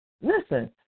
listen